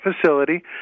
facility